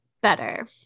better